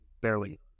Barely